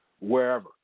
wherever